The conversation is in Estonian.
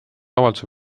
avalduse